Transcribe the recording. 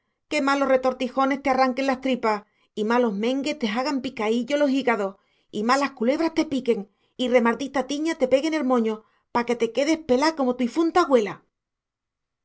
que malos retortijones te arranquen las tripas y malos mengues te jagan picaíllo e los jígados y malas culebras te piquen y remardita tiña te pegue con er moño pa que te quedes pelá como tu ifunta agüela